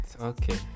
okay